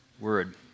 word